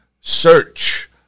search